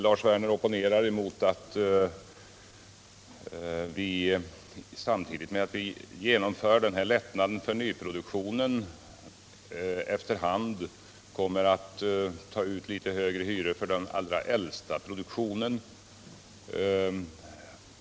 Lars Werner opponerar mot att vi samtidigt med att vi genomför lättnader för nyproduktionen efter hand kommer att ta ut litet högre hyror i det allra äldsta beståndet.